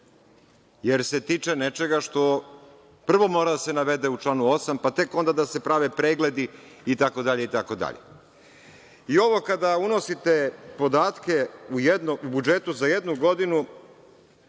jer se tiče nečega što, prvo mora da se navede u članu 8, pa tek onda da se prave pregledi itd. Ovo kada unosite podatke u budžetu za jednu godinu